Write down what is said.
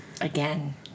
Again